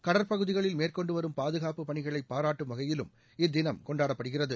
கடற்பகுதிகளில் மேற்கொண்டு வரும் பாதுகாப்பு பணிகளை பாராட்டும் வகையிலும் இத்தினம் கொண்டாடப்படுகிறது